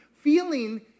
Feeling